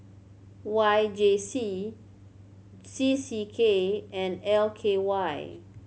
Y J C C C K and L K Y